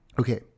Okay